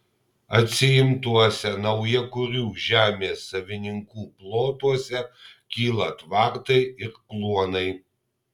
atsiimtuose naujakurių žemės savininkų plotuose kyla tvartai ir kluonai